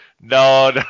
no